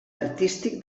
artístic